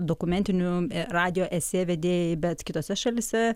dokumentinių radijo esė vedėjai bet kitose šalyse